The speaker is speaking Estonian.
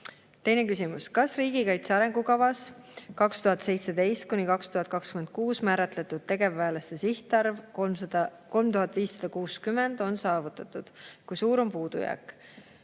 Teine küsimus: "Kas riigikaitse arengukavas 2017–2026 määratletud tegevväelaste sihtarv 3560 on saavutatud? Kui suur on puudujääk?"